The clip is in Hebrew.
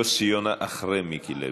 יוסי יונה אחרי מיקי לוי.